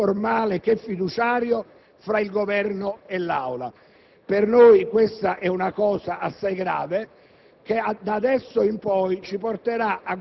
parlamentare: il rapporto, sia formale che fiduciario, fra il Governo e l'Assemblea. Per noi questa è una cosa assai grave,